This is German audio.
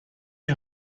die